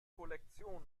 kollektion